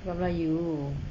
cakap melayu